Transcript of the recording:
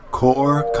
Core